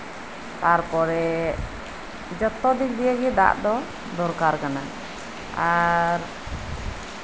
ᱛᱟᱨᱯᱚᱨᱮ ᱡᱚᱛᱚ ᱫᱤᱠ ᱫᱤᱭᱮ ᱜᱮ ᱫᱟᱜ ᱫᱚ ᱫᱤᱚᱨᱠᱟᱨ ᱠᱟᱱᱟ ᱟᱨ